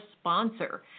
sponsor